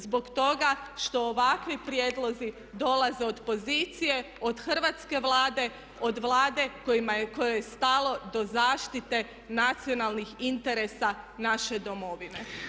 Zbog toga što ovakvi prijedlozi dolaze od pozicije, od hrvatske Vlade, od Vlade kojoj je stalo do zaštite nacionalnih interesa naše domovine.